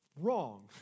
wrong